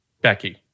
Becky